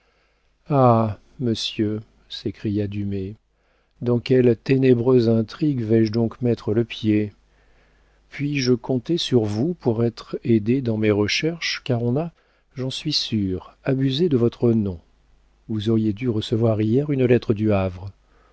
ah monsieur s'écria dumay dans quelle ténébreuse intrigue vais-je donc mettre le pied puis-je compter sur vous pour être aidé dans mes recherches car on a j'en suis sûr abusé de votre nom vous auriez dû recevoir hier une lettre du havre